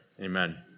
Amen